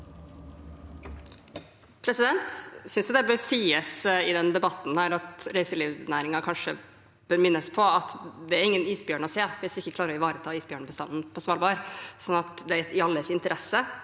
Jeg synes det bør sies i denne debatten at reiselivsnæringen kanskje bør minnes på at det er ingen isbjørn å se hvis vi ikke klarer å ivareta isbjørnbestanden på Svalbard, så det er i alles interesse